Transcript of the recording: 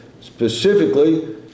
specifically